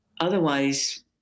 Otherwise